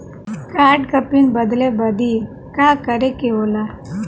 Card क pin बदले बदी का करे के होला?